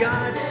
God